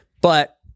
But-